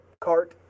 cart